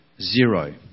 Zero